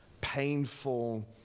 painful